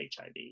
HIV